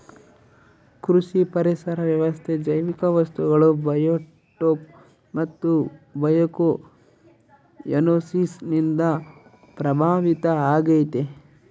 ಕೃಷಿ ಪರಿಸರ ವ್ಯವಸ್ಥೆ ಜೈವಿಕ ವಸ್ತುಗಳು ಬಯೋಟೋಪ್ ಮತ್ತು ಬಯೋಕೊಯನೋಸಿಸ್ ನಿಂದ ಪ್ರಭಾವಿತ ಆಗೈತೆ